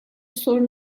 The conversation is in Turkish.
sorun